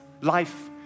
life